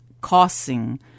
causing